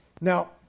Now